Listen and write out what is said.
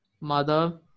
Mother